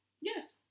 Yes